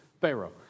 Pharaoh